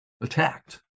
attacked